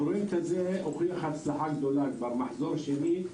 הפרויקט הזה הוכיח הצלחה גדולה כבר מחזור שני,